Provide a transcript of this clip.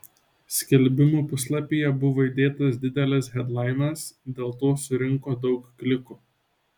skelbimų puslapyje buvo įdėtas didelis hedlainas dėl to surinko daug klikų